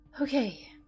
Okay